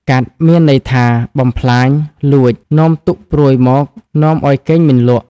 កាត់ មានន័យថា បំផ្លាញ លួច នាំទុក្ខព្រួយមកនាំឲ្យគេងមិនលក់។